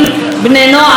בני נוער,